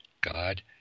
God